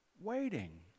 waiting